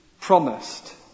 promised